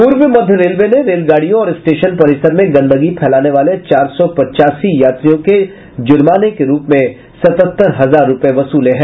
पूर्व मध्य रेलवे ने रेलगाड़ियों और स्टेशन परिसर में गंदगी फैलाने वाले चार सौ पच्चासी यात्रियों से जुमाने के रूप में सतहत्तर हजार रूपये वसूले हैं